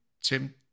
Tim